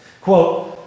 Quote